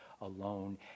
alone